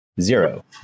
zero